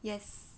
yes